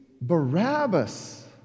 Barabbas